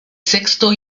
sexto